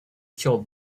killed